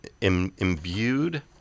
imbued